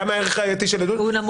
למה הערך הראייתי של עדות הוא נמוך?